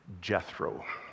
Jethro